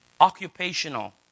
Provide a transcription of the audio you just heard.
occupational